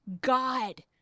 God